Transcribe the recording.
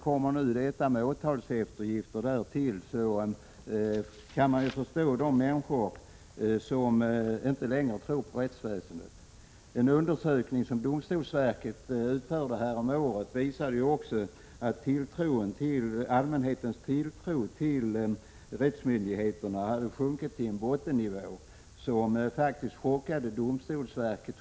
Kommer nu åtalseftergift därtill så kan man förstå de människor som inte längre tror på rättsväsendet. En undersökning som häromåret utfördes av domstolsverket visar också att allmänhetens tilltro till rättsmyndigheterna har sjunkit till en bottennivå. Resultatet chockade faktiskt domstolsverket.